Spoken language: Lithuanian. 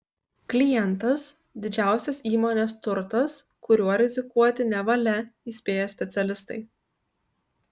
klientas didžiausias įmonės turtas kuriuo rizikuoti nevalia įspėja specialistai